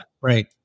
right